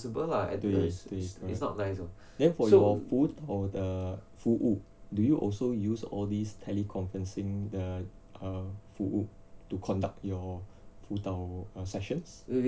对对对 then for your food or the 服务 do you also use all these teleconferencing the err 服务 to conduct your 辅导 err sessions